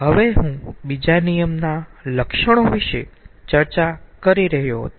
હવે હું બીજા નિયમના મુખ્ય લક્ષણો વિશે ચર્ચા કરી રહ્યો હતો